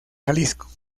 jalisco